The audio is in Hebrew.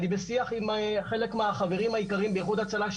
אני בשיח עם חלק מהחברים היקרים באיחוד הצלה,